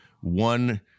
one